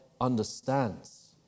understands